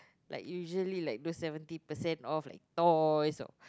like usually like those seventy percent off like toys all